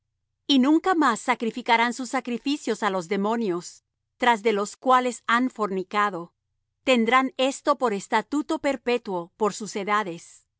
y nunca más sacrificarán sus sacrificios á los demonios tras de los cuales han fornicado tendrán esto por estatuto perpetuo por sus edades